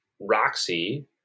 Roxy